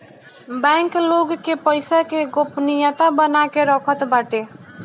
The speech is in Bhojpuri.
बैंक लोग के पईसा के गोपनीयता बना के रखत बाटे